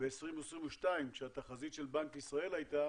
ב-2022 כשהתחזית של בנק ישראל הייתה